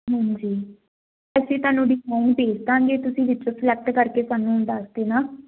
ਹਾਂਜੀ ਅਸੀਂ ਤੁਹਾਨੂੰ ਡਿਜ਼ਾਇਨ ਭੇਜ ਦਾਂਗੇ ਤੁਸੀਂ ਵਿੱਚੋਂ ਸਲੈਕਟ ਕਰਕੇ ਸਾਨੂੰ ਦੱਸ ਦੇਣਾ